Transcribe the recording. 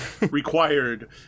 required